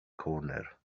corner